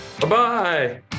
Bye-bye